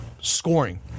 Scoring